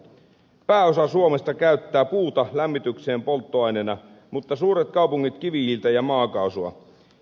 pääosa suomesta käyttää puuta lämmitykseen polttoaineena mutta suuret kaupungit kivihiiltä ja maakaasua